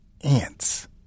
ants